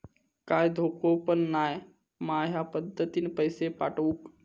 काय धोको पन नाय मा ह्या पद्धतीनं पैसे पाठउक?